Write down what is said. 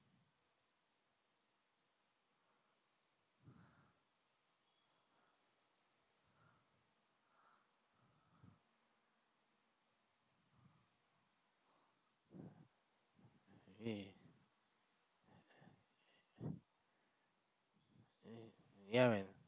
!hey! ya man